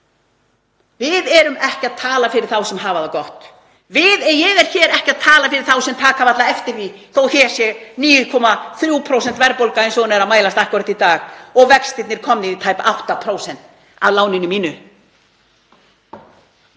Við erum ekki að tala fyrir þá sem hafa það gott. Ég er ekki að tala fyrir þá sem taka varla eftir því þó að hér sé 9,3% verðbólga eins og hún er að mælast akkúrat í dag og vextirnir komnir í tæp 8% á láninu mínu.